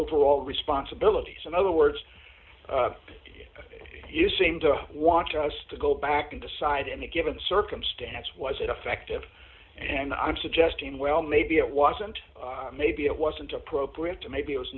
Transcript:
overall responsibility so in other words you seem to want us to go back and decide any given circumstance was ineffective and i'm suggesting well maybe it wasn't maybe it wasn't appropriate to maybe it was